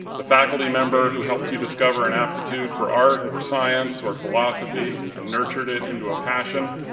the faculty member who helped you discover an aptitude for art, or science, or philosophy and nurtured it into a passion,